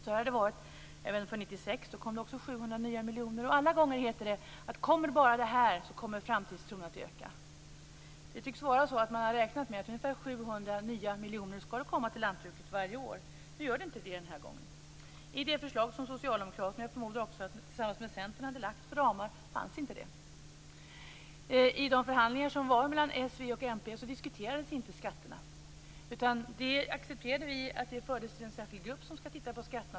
Även för 1996 kom det Det sägs alla gånger att om bara det här kommer, ökar framtidstron. Det tycks vara så att det skall komma ungefär 700 nya miljoner till lantbruket varje år. Den här gången sker inte det. I det förslag till ramar som Socialdemokraterna lagt fram, förmodligen tillsammans med Centern, finns inte det. I förhandlingarna mellan s, v och mp diskuterades inte skatterna.